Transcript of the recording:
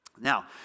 Now